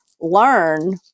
learn